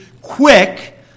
quick